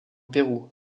pérou